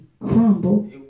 crumble